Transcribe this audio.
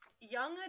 young